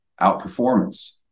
outperformance